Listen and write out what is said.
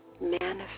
manifest